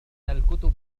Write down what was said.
الكتب